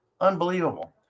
Unbelievable